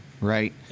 right